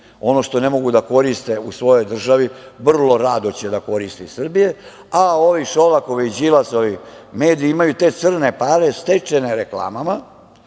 ono što ne mogu da koriste u svojoj državi, vrlo rado će da koriste iz Srbije, a ovi Šolakovi, Đilasovi, mediji imaj te crne pare, stečene reklama,